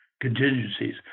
contingencies